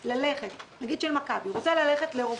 ויגבו ממנו בדיוק את מה שכרגע אנחנו מבקשים,